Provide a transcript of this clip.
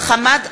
חמד עמאר,